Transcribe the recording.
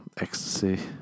ecstasy